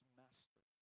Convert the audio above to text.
master